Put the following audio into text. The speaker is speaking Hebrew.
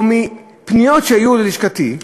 או מפניות שהגיעו ללשכתי,